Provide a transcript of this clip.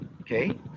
Okay